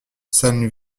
san